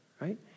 right